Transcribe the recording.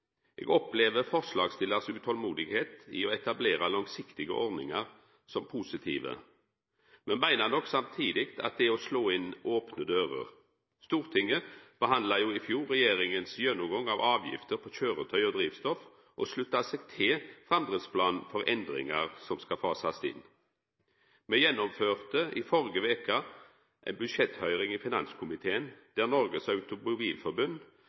Eg opplever forslagsstillarane sitt utolmod når det gjeld å etablera langsiktige ordningar, som positive, men meiner nok samtidig at det er å slå inn opne dører. Stortinget behandla jo i fjor regjeringa sin gjennomgang av avgifter, køyretøy og drivstoff og slutta seg til framdriftsplanen for endringar som skal fasast inn. Me gjennomførte i førre veke ei budsjetthøyring i